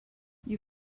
you